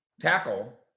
tackle